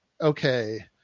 okay